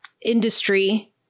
industry